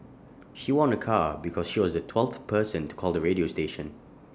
she won A car because she was the twelfth person to call the radio station